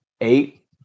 eight